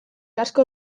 asko